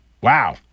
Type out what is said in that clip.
Wow